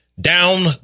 down